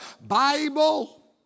Bible